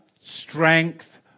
strength